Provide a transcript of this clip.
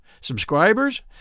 Subscribers